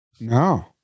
No